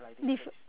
this